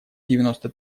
девяносто